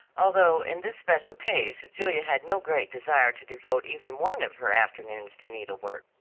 although in this special case julia had no great desire to devote even one of her afternoons to needlework.